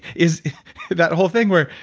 is that whole thing where,